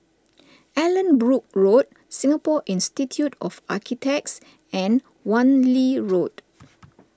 Allanbrooke Road Singapore Institute of Architects and Wan Lee Road